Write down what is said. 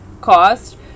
cost